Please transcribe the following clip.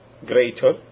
greater